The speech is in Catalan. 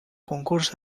concurs